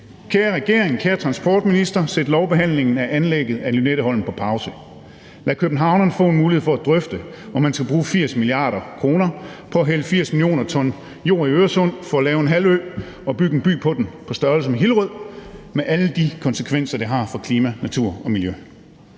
Kære regering, kære transportminister, sæt lovbehandlingen af anlægget af Lynetteholm på pause, lad københavnerne få en mulighed for at drøfte, om man skal bruge 80 mia. kr. på at hælde 80 mio. t jord i Øresund for at lave en halvø og bygge en by på den på størrelse med Hillerød med alle de konsekvenser, det har for klimaet, naturen og miljøet,